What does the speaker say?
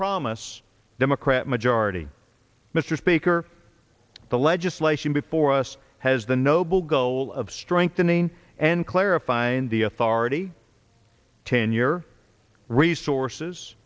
promise democrat majority mr speaker the legislation before us has the noble goal of strengthening and clarifying the authority tenure resources